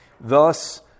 Thus